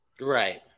Right